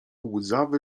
łzawy